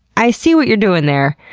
i see what you're doing there.